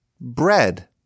bread